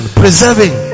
preserving